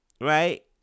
right